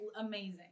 amazing